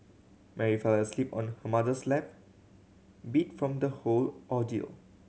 Mary fell asleep on her mother's lap beat from the whole ordeal